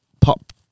Pop